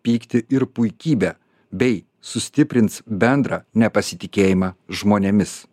pyktį ir puikybę bei sustiprins bendrą nepasitikėjimą žmonėmis